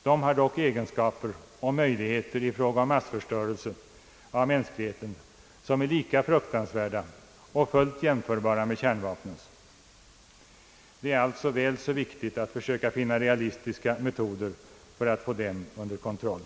De har dock egenskaper och möjligheter i fråga om massförstörelse av mänskligheten, som är lika fruktansvärda och fullt jämförbara med kärnvapnen. Det är alltså väl så viktigt att söka finna realistiska metoder för att få dem under kontroll.